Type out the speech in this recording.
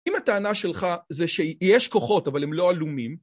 אם הטענה שלך זה שיש כוחות אבל הם לא עלומים